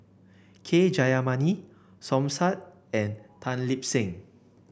K Jayamani Som Said and Tan Lip Seng